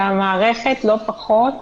והמערכת לא פחות